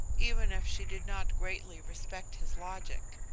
even if she did not greatly respect his logic.